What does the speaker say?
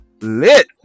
lit